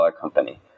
company